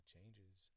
changes